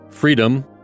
Freedom